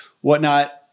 whatnot